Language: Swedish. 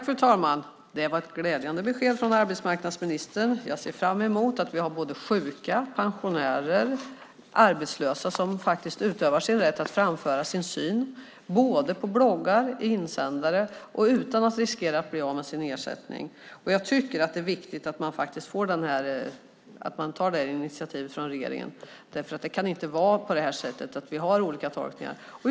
Fru talman! Det var ett glädjande besked från arbetsmarknadsministern. Jag ser fram emot att se både sjuka, pensionärer och arbetslösa som utövar sin rätt att framföra sin syn på bloggar och i insändare - utan att riskera att bli av med sina ersättningar. Det är viktigt att detta initiativ tas från regeringen. Det kan inte vara så att vi gör olika tolkningar.